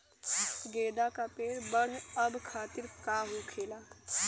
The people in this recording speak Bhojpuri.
गेंदा का पेड़ बढ़अब खातिर का होखेला?